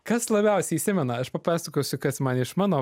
kas labiausiai įsimena aš papasakosiu kas man iš mano